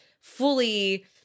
fully